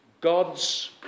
God's